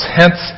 hence